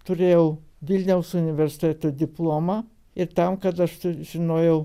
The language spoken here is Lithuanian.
turėjau vilniaus universiteto diplomą ir tam kad aš t žinojau